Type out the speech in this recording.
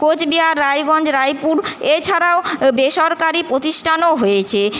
কোচবিহার রায়গঞ্জ রায়পুর এছাড়াও বেসরকারি প্রতিষ্ঠানও হয়েছে